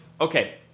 Okay